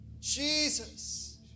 Jesus